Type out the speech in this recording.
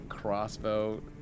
crossbow